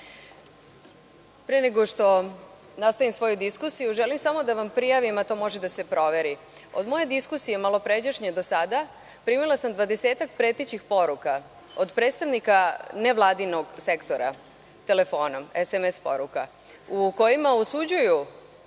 Pre nego što nastavim svoju diskusiju, želim samo da vam prijavim, a to može da se proveri, od moje malopređašnje diskusije do sada primila sam dvadesetak pretećih poruka od predstavnika nevladinog sektora telefonom, SMS porukama, u kojima osuđuju